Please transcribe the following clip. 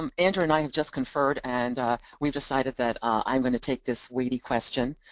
um andrew and i have just conferred, and we've decided that i'm going to take this weighty question,